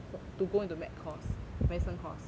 for to go into med course medicine course